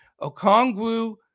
Okongwu